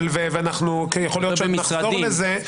יכול להיות שעוד נחזור לזה.